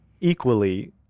equally